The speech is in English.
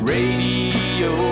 Radio